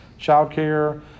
childcare